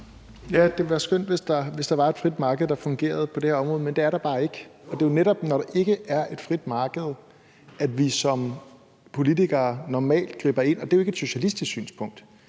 Det ville være skønt, hvis der var et frit marked, der fungerede på det her område, men det er der bare ikke, og det er jo netop, når der ikke er et frit marked, at vi som politikere normalt griber ind. Det er jo ikke et socialistisk synspunkt.